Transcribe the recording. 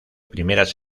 primeras